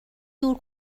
دور